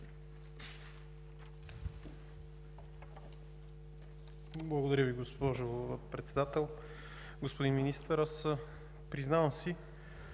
Благодаря Ви, госпожо Председател. Господин Министър, признавам си,